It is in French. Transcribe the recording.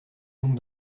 donc